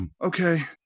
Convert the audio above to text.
Okay